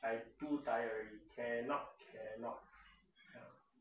I too tired already cannot cannot